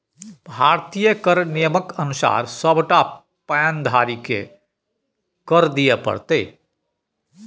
भारतीय कर नियमक अनुसार सभटा पैन धारीकेँ कर दिअ पड़तै